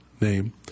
name